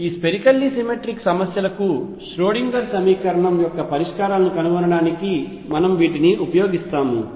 ఈ spherically symmetric సమస్యలకు Schrodinger సమీకరణం యొక్క పరిష్కారాలను కనుగొనడానికి మనము వీటిని ఉపయోగిస్తాము